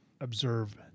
observe